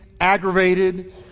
aggravated